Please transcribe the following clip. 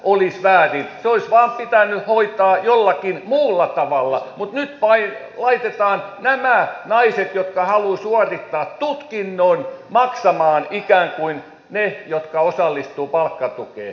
se olisi vain pitänyt hoitaa jollakin muulla tavalla mutta nyt vain laitetaan nämä naiset jotka haluavat suorittaa tutkinnon ikään kuin maksamaan ne jotka osallistuvat palkkatukeen